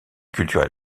culturel